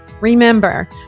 remember